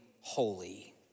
holy